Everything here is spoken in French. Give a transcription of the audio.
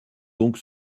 donc